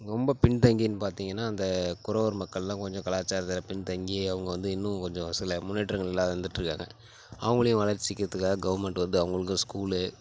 ரொம்ப பின்தங்கின பார்த்தீங்கன்னா அந்த குறவர் மக்கள்லாம் கொஞ்சம் கலாச்சாரத்தில் பின் தங்கி அவங்க வந்து இன்னும் கொஞ்சம் சில முன்னேற்றங்கள் இல்லாத இருந்துட்டுருக்காங்க அவங்களையும் வளர்ச்சிக்கிறதுக்காக கவர்மெண்ட் வந்து அவங்களுக்கும் ஸ்கூலு